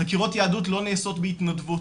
חקירות יהדות לא נעשות בהתנדבות,